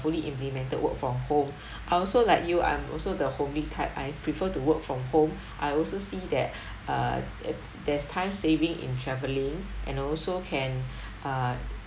fully implemented work from home I also like you I'm also the homely type I prefer to work from home I also see that uh th~ there's time saving in travelling and also can uh